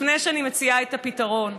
לפני שאני מציעה את הפתרון.